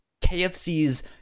kfc's